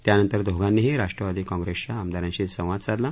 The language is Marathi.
त्यानंतर दोघांनीही राष्ट्रवादी काँप्रेसच्या आमदारांशी संवाद साधला